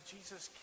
Jesus